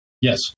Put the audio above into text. yes